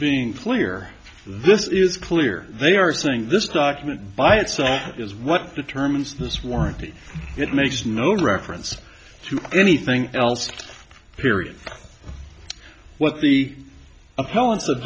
being clear this is clear they are saying this document by itself is what determines this warranty it makes no reference to anything else period what the